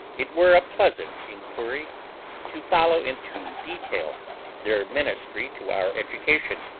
it were a pleasant inquiry to follow into detail their ministry to our education,